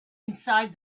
inside